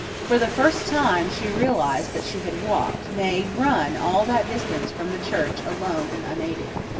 for the first time, she realized that she had walked, nay, run, all that distance from the church alone and unaided.